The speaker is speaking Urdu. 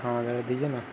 ہاں ذرا دیجیے نا